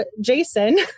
Jason